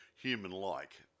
Human-like